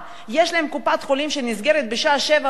יש להם קופת-חולים שנסגרת בשעה 19:00,